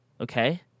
okay